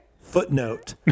Footnote